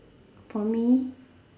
for me